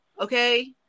Okay